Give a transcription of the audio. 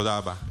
תודה רבה.